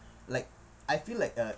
like I feel like a